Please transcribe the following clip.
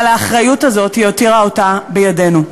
אבל האחריות הזאת, היא הותירה אותה בידינו.